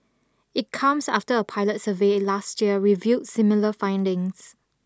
it comes after a pilot survey last year revealed similar findings